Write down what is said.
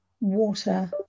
water